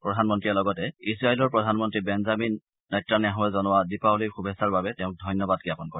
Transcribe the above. প্ৰধানমন্ত্ৰীয়ে লগতে ইজৰাইলৰ প্ৰধানমন্ত্ৰী বেঞ্জামিন নেটানয়াহুৱে জনোৱা দীপাৱলীৰ শুভেচ্ছাৰ বাবে তেওঁক ধন্যবাদ জ্ঞাপন কৰে